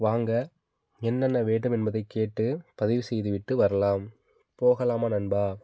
வாங்க என்னென்ன வேண்டும் என்பதைக் கேட்டு பதிவு செய்துவிட்டு வரலாம் போகலாமா நண்பா